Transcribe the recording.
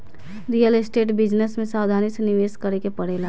real estate business में सावधानी से निवेश करे के पड़ेला